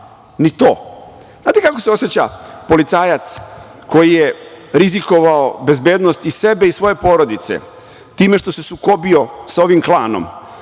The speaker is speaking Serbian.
Ni to. Znate li kako se oseća policajac koji je rizikovao bezbednost i sebe i svoje porodice time što se sukobio sa ovim klanom